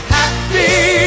happy